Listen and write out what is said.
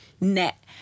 net